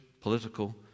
political